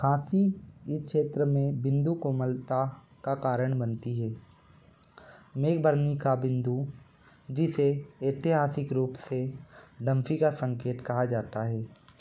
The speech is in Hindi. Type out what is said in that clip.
खाँसी इस क्षेत्र में बिंदु कोमलता का कारण बनती है मैकबर्नी का बिंदु जिसे ऐतिहासिक रूप से डंफी का संकेत कहा जाता है